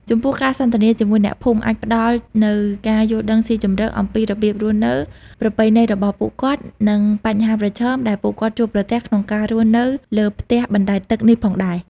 ចំពោះ ការសន្ទនាជាមួយអ្នកភូមិអាចផ្ដល់នូវការយល់ដឹងស៊ីជម្រៅអំពីរបៀបរស់នៅ ប្រពៃណីរបស់ពួកគាត់ និងបញ្ហាប្រឈមដែលពួកគាត់ជួបប្រទះក្នុងការរស់នៅលើផ្ទះបណ្តែតទឹកនេះផងដែរ។